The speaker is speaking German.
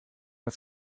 das